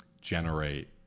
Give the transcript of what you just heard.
generate